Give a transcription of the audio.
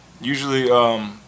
Usually